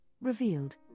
revealed